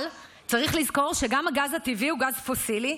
אבל צריך לזכור שגם הגז הטבעי הוא גז פוסילי,